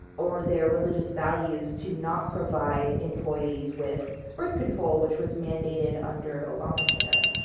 or their religious values to not provide employees with birth control, which was mandated under obamacare.